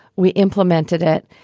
we implemented it.